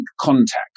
context